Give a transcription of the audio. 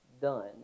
done